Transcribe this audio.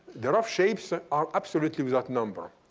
the rough shapes are absolutely without number.